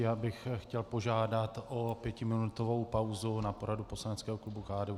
Já bych chtěl požádat o pětiminutovou pauzu na poradu poslaneckého klubu KDUČSL.